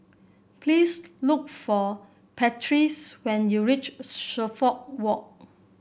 please look for Patrice when you reach Suffolk Walk